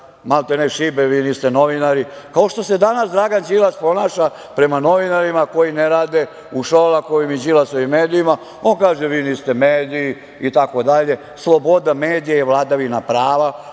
maltene iš, vi niste novinari, kao što se danas Dragan Đilas ponaša prema novinarima koji ne rade u Šolakovim i Đilasovim medijima. On kaže – vi niste mediji, itd. Sloboda medija je vladavina prava.